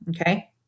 Okay